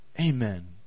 Amen